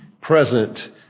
present